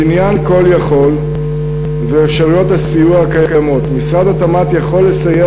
לעניין "call יכול" ואפשרויות הסיוע הקיימות: משרד התמ"ת יכול לסייע